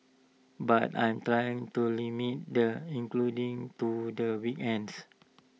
but I trying to limit the including to the weekends